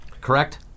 correct